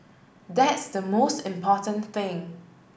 that's the most important thing